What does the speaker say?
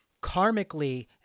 karmically